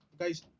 Guys